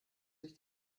sich